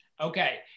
Okay